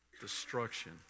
Destruction